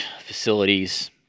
facilities